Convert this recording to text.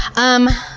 um,